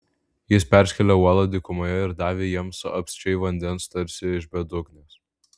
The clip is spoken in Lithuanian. jis perskėlė uolą dykumoje ir davė jiems apsčiai vandens tarsi iš bedugnės